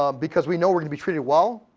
um because we know were gonna be treated well,